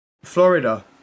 Florida